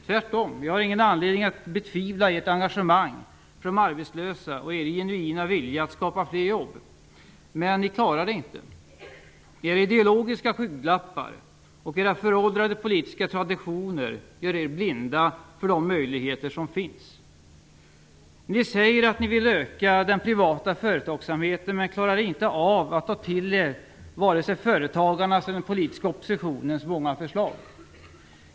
Tvärtom - jag har ingen anledning att betvivla ert engagemang för de arbetslösa, och er genuina vilja att skapa fler jobb. Men ni klarar det inte. Era ideologiska skygglappar och era föråldrade politiska traditioner gör er blinda för de möjligheter som finns. Ni säger att ni vill öka den privata företagsamheten, men klarar inte av att ta till er vare sig företagarnas eller den politiska oppositionens många förslag.